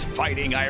fighting